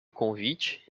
convite